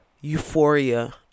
euphoria